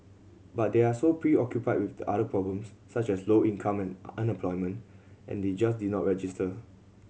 but they are so preoccupied with the other problems such as low income or unemployment and they just did not register